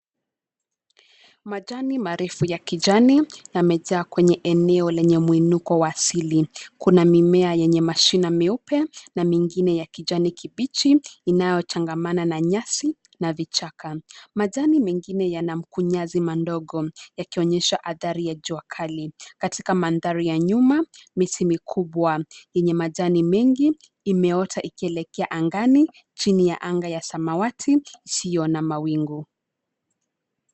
Majani marefu ya kijani, yamejaa kwenye eneo lenye mwinuko wa asili. Kuna mimea yenye mashina meupe, na mengine ya kijani kibichi, inayochangamana na nyasi, na vichaka. Majani mengine yana mkunyadhi mandogo, yakionyesha athari ya juakali. Katika mandhari ya nyuma, miti mikubwa, yenye majani mengi, imeota ikielekea angani, chini ya anga ya samawati, isiyo na mawingu.